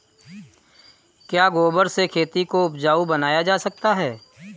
क्या गोबर से खेती को उपजाउ बनाया जा सकता है?